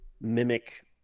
mimic